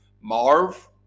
Marv